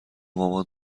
مامان